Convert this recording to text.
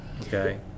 Okay